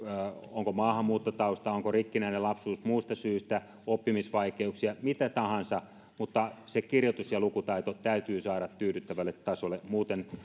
onko maahanmuuttotausta onko rikkinäinen lapsuus muista syistä oppimisvaikeuksia mitä tahansa se kirjoitus ja lukutaito täytyy saada tyydyttävälle tasolle muuten